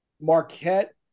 Marquette